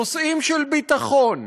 נושאים של ביטחון,